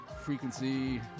Frequency